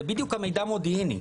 זה בדיוק המידע המודיעיני.